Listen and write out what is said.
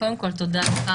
קודם כל, תודה לך.